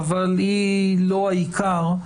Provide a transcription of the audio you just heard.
אבל היא לא העיקר,